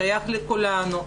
שייך לכולנו.